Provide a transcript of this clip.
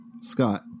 Scott